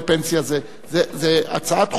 היא מטילה על הממשלה, בהחלט.